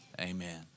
amen